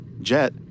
Jet